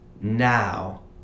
now